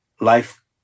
Life